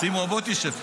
סימון, בוא תשב פה.